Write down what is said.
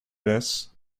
this